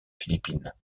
philippines